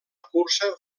cursa